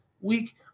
week